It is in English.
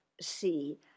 see